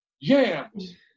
Yams